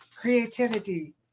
creativity